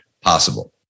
possible